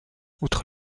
outre